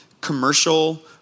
commercial